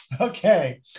Okay